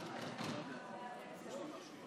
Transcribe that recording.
22,